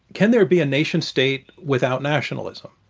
can there be a nation state without nationalism?